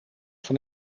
van